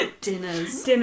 dinners